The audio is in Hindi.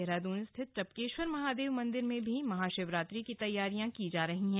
देहरादून स्थित टपकेश्वर महादेव मंदिर में भी महा शिवरात्रि की तैयारियां की जा रही हैं